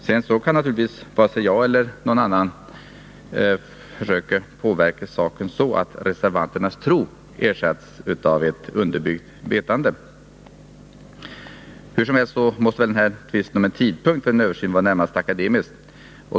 Sedan kan naturligtvis varken jag eller någon annan påverka saken så att reservanternas tro ersätts med ett underbyggt vetande. Hur som helst måste väl tvisten om tidpunkten för en översyn vara närmast akademisk.